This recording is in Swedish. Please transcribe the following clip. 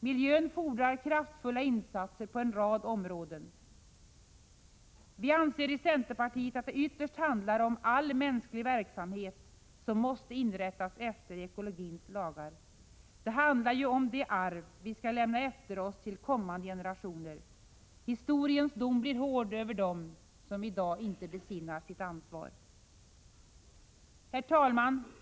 Miljön fordrar kraftfulla insatser på en rad områden. Vi anser i centerpartiet att det ytterst handlar om att all mänsklig verksamhet måste inrättas efter ekologins lagar. Det handlar ju om det arv vi skall lämna efter oss till kommande generationer. Historiens dom blir hård över dem somi dag inte besinnar sitt ansvar. Herr talman!